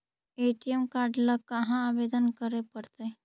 ATM card ल कहा आवेदन करे पड़तै?